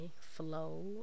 flow